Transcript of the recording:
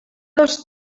dos